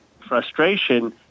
frustration